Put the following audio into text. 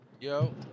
Yo